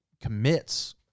commits